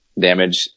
damage